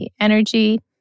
energy